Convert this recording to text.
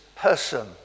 person